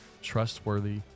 trustworthy